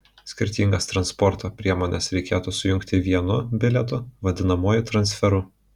skirtingas transporto priemones reikėtų sujungti vienu bilietu vadinamuoju transferu